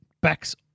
backs